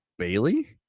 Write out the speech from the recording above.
Bailey